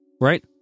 right